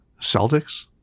Celtics